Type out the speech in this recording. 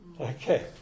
Okay